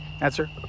Answer